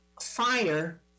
fire